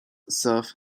serve